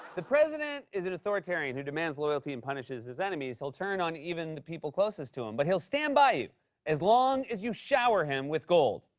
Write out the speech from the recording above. the president is an authoritarian who demands loyalty and punishes his enemies. he'll turn on even the people closest to him, but he'll stand by you as long as you shower him with gold,